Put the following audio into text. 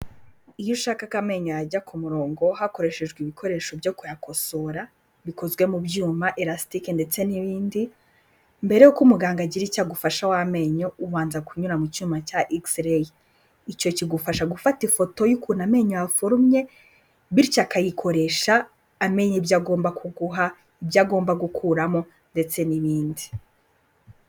Iyo ushaka ko amenyo yajya ku murongo hakoreshejwe ibikoresho byo kuyakosora bikozwe mu byuma elasitike ndetse n'ibindi, mbere yuko umuganga agira icyo agufasha w'amenyo ubanza kunyura mu cyuma cya X-Ray. Icyo kigufasha gufata ifoto y'ukuntu amenyo yawe aforumye, bityo akayikoresha amenya ibyo agomba kuguha, ibyo agomba gukuramo ndetse n'ibindi.